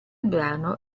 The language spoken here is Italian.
brano